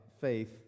faith